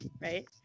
right